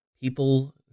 people